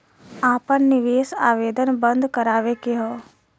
आपन निवेश आवेदन बन्द करावे के हौ?